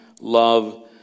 love